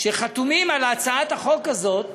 וחתומים על הצעת החוק הזאת